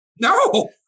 no